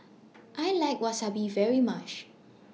I like Wasabi very much